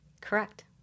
Correct